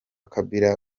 kabila